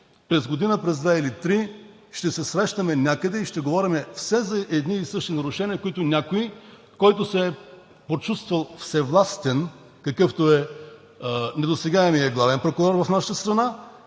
през година, през две или три ще се срещаме някъде и ще говорим все за едни и същи нарушения, за които някой, който се е почувствал всевластен, какъвто е недосегаемият главен прокурор в нашата страна,